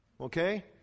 okay